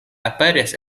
aperis